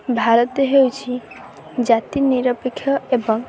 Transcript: ଭାରତ ହେଉଛି ଜାତି ନିରପେକ୍ଷ ଏବଂ